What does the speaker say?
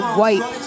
white